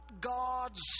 God's